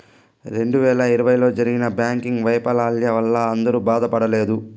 రెండు వేల ఇరవైలో జరిగిన బ్యాంకింగ్ వైఫల్యాల వల్ల అందరూ బాధపడలేదు